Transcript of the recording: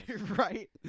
right